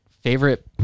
favorite